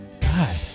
God